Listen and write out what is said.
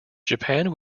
japan